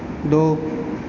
دو